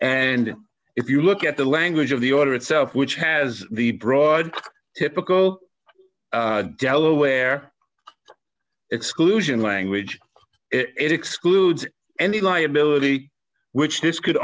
and if you look at the language of the order itself which has the broad typical delaware exclusion language it excludes any liability which this could